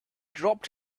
dropped